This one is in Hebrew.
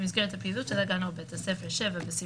במסגרת הפעילות של הגן או בית הספר ובספריה,